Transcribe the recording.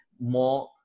more